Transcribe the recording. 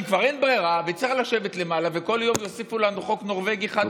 אם כבר אין ברירה וצריך לשבת למעלה ובכל יום יוסיפו לנו חוק נורבגי חדש,